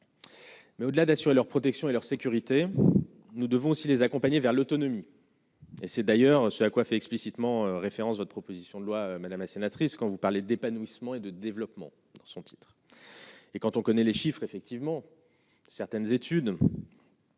Mais, au-delà, d'assurer leur protection et leur sécurité, nous devons aussi les accompagner vers l'autonomie. Et c'est d'ailleurs ce à quoi fait explicitement référence votre proposition de loi, Madame la sénatrice, quand vous parlez d'épanouissement et de développement. Dans son titre, et quand on connaît les chiffres effectivement certaines études.